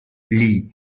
lee